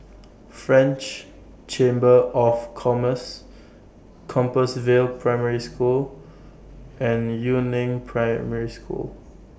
French Chamber of Commerce Compassvale Primary School and Yu Neng Primary School